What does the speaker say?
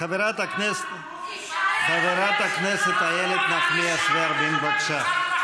חברת הכנסת איילת נחמיאס ורבין, בבקשה.